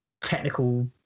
technical